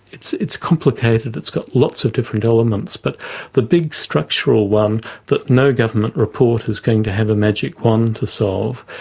it's it's complicated, it's got lots of different elements, but the big structural one that no government report is going to have a magic wand to solve,